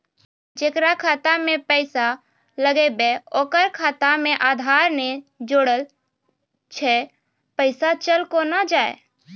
जेकरा खाता मैं पैसा लगेबे ओकर खाता मे आधार ने जोड़लऽ छै पैसा चल कोना जाए?